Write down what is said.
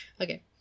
Okay